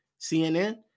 CNN